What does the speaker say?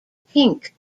pink